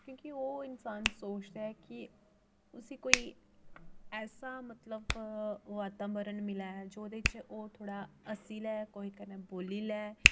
क्योंकि ओह् इंसान सोचदा ऐ कि उसी कोई ऐसा मतलब वातावरण मिलै जोह्दे च ओह् थोह्ड़ा हस्सी लै कोहै कन्नै बोली लै